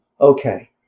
okay